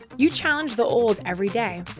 you challenge the old every day.